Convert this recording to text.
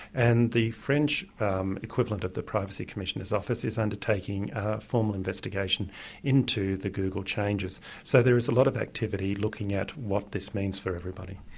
and the french um equivalent of the privacy commissioners' office is undertaking a formal investigation into the google changes. so there is a lot of activity looking at what this means for everybody.